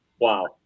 Wow